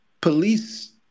police